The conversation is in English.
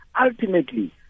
ultimately